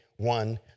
One